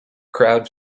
crowd